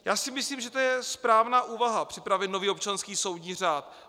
Já si myslím, že to je správná úvaha, připravit nový občanský soudní řád.